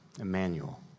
Emmanuel